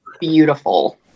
Beautiful